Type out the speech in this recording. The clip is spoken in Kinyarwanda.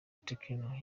tecno